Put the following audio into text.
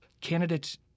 candidates—